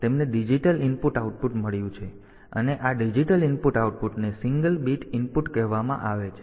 તેથી તેમને digital input output મળ્યું છે અને આ ડિજિટલ ઇનપુટ આઉટપુટને સિંગલ બીટ ઇનપુટ કહેવામાં આવે છે